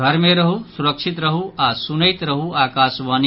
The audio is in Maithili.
घर मे रहू सुरक्षित रहू आ सुनैत रहू आकाशवाणी